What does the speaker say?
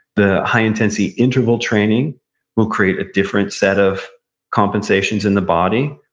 the high intensity interval training will create a different set of compensations in the body,